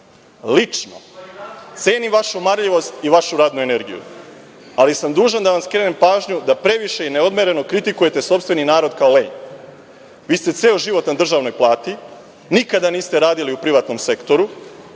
cenim vašu marljivost i vašu radnu energiju, ali sam dužan da vam skrenem pažnju da previše i neodmereno kritikujete sopstveni narod kao lenj. Vi ste ceo život na državnoj plati i nikada niste radili u privatnom sektoru,